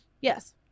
yes